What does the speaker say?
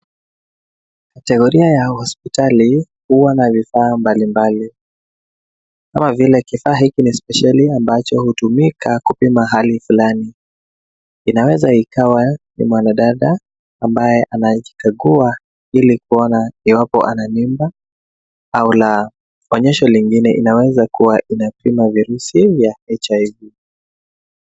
Kategoria ya hospitali huwa na vifaa mbalimbali kama vile kifaa hichi ni spesheli ambacho hutumika kupima hali fulani. Inaweza kuwa ni mwanadada ambaye anajikagua ili kuona iwapo ana mimba au la, onyesho lingie inaweza kuwa inapima virusi vya HIV.